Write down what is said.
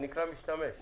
הוא נקרא משתמש.